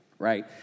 Right